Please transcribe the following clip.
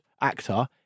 actor